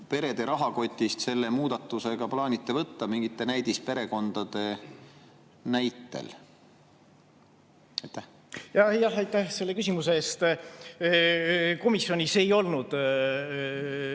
perede rahakotist selle muudatusega plaanite võtta mingite näidisperekondade näitel? Aitäh selle küsimuse eest! Komisjonis ei olnud